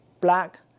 black